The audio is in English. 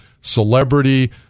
celebrity